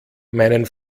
meinen